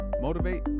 motivate